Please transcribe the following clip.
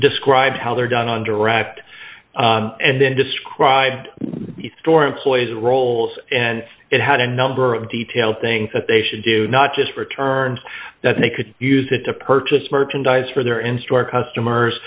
describe how they're done on direct and then described the store employees roles and it had a number of detail things that they should do not just returns that they could use it to purchase merchandise for their in store customers